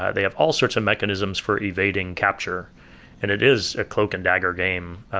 they have all sorts of mechanisms for evading capture and it is a cloak-and dagger game.